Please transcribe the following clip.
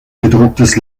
gedrucktes